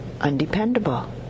undependable